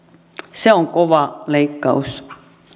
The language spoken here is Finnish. se on kova leikkaus